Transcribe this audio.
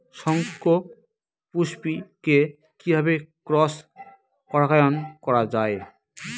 শঙ্খপুষ্পী কে কিভাবে ক্রস পরাগায়ন করা যায়?